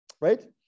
right